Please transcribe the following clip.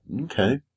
Okay